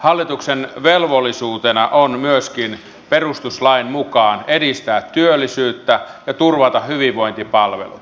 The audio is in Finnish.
hallituksen velvollisuutena on myöskin perustuslain mukaan edistää työllisyyttä ja turvata hyvinvointipalvelut